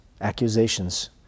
accusations